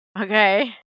Okay